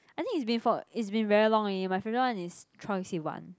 I think it's been for it's been very long already my favourite one is Troye Sivan